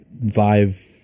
Vive